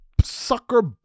sucker